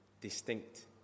distinct